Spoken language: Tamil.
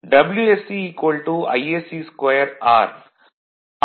Wsc Isc2 R